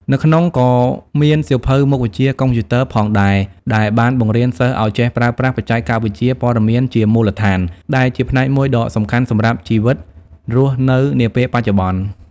នៅក្នុងក៏មានសៀវភៅមុខវិជ្ជាកុំព្យូទ័រផងដែរ ដែលបានបង្រៀនសិស្សឱ្យចេះប្រើប្រាស់បច្ចេកវិទ្យាព័ត៌មានជាមូលដ្ឋាន ដែលជាផ្នែកមួយដ៏សំខាន់សម្រាប់ជីវិតរស់នៅនាពេលបច្ចុប្បន្ន។